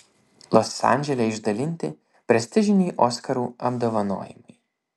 los andžele išdalinti prestižiniai oskarų apdovanojimai